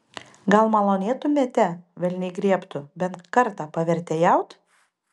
gal malonėtumėte velniai griebtų bent kartą pavertėjaut